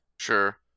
Sure